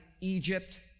Egypt